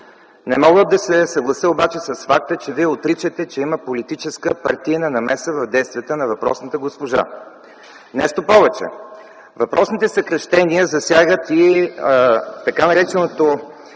Не мога да се съглася обаче с факта, че Вие отричате, че има политическа партийна намеса в действията на въпросната госпожа. Нещо повече: въпросните съкращения засягат и така наречения